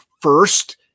first